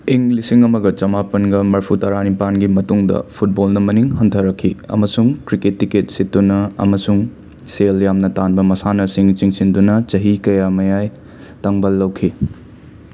ꯏꯪ ꯂꯤꯁꯤꯡ ꯑꯃꯒ ꯆꯃꯥꯄꯟꯒ ꯃꯔꯤꯐꯨ ꯇꯔꯥ ꯅꯤꯄꯥꯟꯒꯤ ꯃꯇꯨꯡꯗ ꯐꯨꯠꯕꯣꯜꯅ ꯃꯅꯤꯡ ꯍꯟꯊꯔꯛꯈꯤ ꯑꯃꯁꯨꯡ ꯀ꯭ꯔꯤꯀꯦꯠ ꯇꯤꯀꯦꯠ ꯁꯤꯠꯇꯨꯅ ꯑꯃꯁꯨꯡ ꯁꯦꯜ ꯌꯥꯝꯅ ꯇꯥꯟꯕ ꯃꯁꯥꯟꯅꯁꯤꯡ ꯆꯤꯡꯁꯤꯟꯗꯨꯅ ꯆꯍꯤ ꯀꯌꯥ ꯃꯌꯥꯏ ꯇꯥꯡꯕꯜ ꯂꯧꯈꯤ